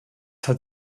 hat